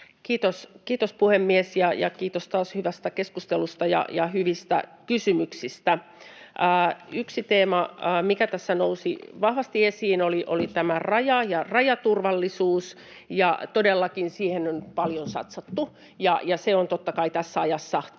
Kiitos, puhemies! Ja kiitos taas hyvästä keskustelusta ja hyvistä kysymyksistä. Yksi teema, mikä tässä nousi vahvasti esiin, oli tämä Raja ja rajaturvallisuus, ja todellakin siihen on paljon satsattu, ja se on totta kai tässä ajassa tarpeen.